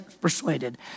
persuaded